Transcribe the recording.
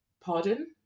pardon